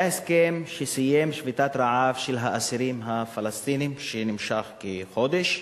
היה הסכם שסיים שביתת רעב של האסירים הפלסטינים שנמשכה כחודש,